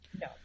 No